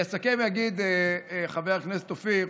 אסכם ואגיד, חבר הכנסת אופיר,